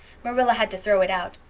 marilla had to throw it out.